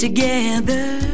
Together